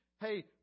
Hey